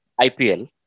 IPL